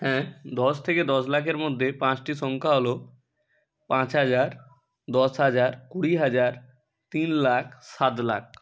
হ্যাঁ দশ থেকে দশ লাখের মধ্যে পাঁচটি সংখ্যা হল পাঁচ হাজার দশ হাজার কুড়ি হাজার তিন লাখ সাত লাখ